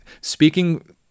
speaking